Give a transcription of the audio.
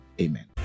Amen